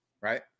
right